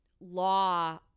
law